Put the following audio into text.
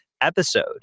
episode